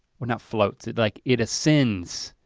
well not floats, it like it ascends.